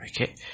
Okay